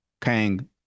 kang